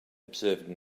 observed